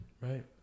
Right